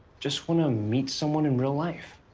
just wanna meet someone in real life.